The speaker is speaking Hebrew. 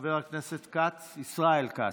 חבר הכנסת ישראל כץ,